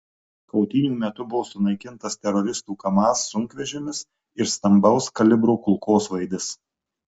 kautynių metu buvo sunaikintas teroristų kamaz sunkvežimis ir stambaus kalibro kulkosvaidis